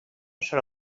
serà